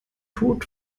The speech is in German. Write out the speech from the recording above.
tod